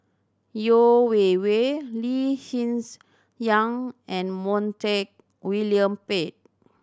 Yeo Wei Wei Lee Hsien Yang and Montague William Pett